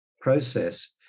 process